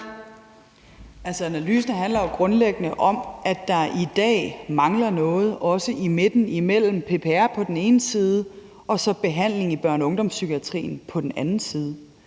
Analysen handler jo grundlæggende om, at der i dag mangler noget i midten, altså imellem PPR på den ene side og behandling i børne- og ungdomspsykiatrien på den anden side.